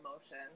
emotion